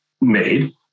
made